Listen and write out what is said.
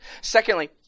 Secondly